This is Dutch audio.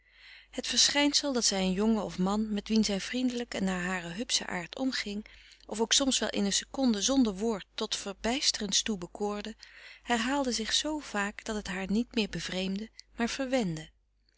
het verschijnsel dat zij een jongen of man met wien zij vriendelijk en naar haren hupschen aard omging of ook soms wel in een seconde zonder woord tot verbijsterens toe bekoorde herhaalde zich zoo vaak dat het haar niet meer bevreemdde maar